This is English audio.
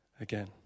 again